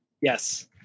Yes